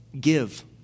Give